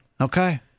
Okay